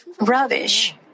rubbish